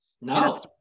No